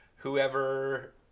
Whoever